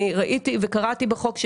לא, אני מסביר מה החוק אומר.